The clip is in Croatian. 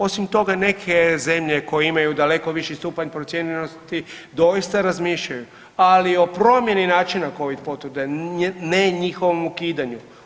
Osim toga neke zemlje koje imaju daleko viši stupanj procijepljenosti doista razmišljaju ali o promjeni načina Covid potvrde ne njihovom ukidanju.